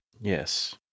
Yes